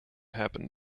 happened